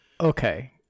Okay